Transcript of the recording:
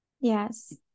Yes